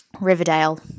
Riverdale